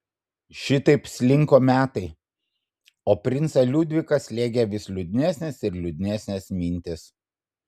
šitaip slinko metai o princą liudviką slėgė vis liūdnesnės ir liūdnesnės mintys